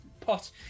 pot